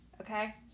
Okay